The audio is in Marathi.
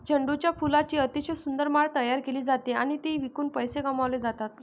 झेंडूच्या फुलांची अतिशय सुंदर माळ तयार केली जाते आणि ती विकून पैसे कमावले जातात